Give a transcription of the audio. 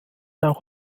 auch